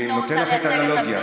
אני נותן לך את האנלוגיה,